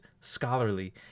scholarly